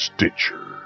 Stitcher